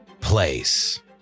place